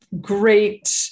great